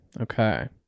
Okay